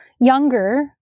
younger